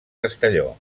castelló